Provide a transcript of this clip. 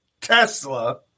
Tesla